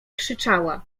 krzyczała